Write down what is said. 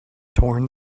torn